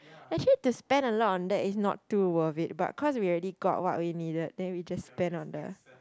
actually to spend a lot on that is not too worth it but cause we already got what we needed then we just spend on the